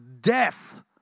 Death